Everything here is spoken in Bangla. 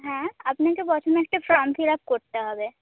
হ্যাঁ আপনাকে প্রথমে একটা ফর্ম ফিল আপ করতে হবে